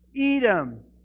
Edom